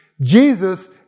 Jesus